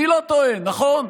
אני לא טועה, נכון?